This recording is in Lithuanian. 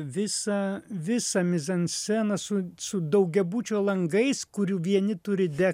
visą visą mizansceną su su daugiabučio langais kurių vieni turi degt